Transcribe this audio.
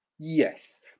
Yes